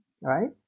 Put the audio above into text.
right